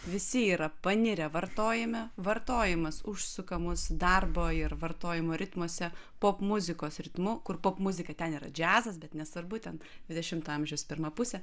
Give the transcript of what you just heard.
visi yra panirę vartojime vartojimas užsuka mus darbo ir vartojimo ritmuose popmuzikos ritmu kur popmuzika ten yra džiazas bet nesvarbu ten dvidešimto amžiaus pirma pusė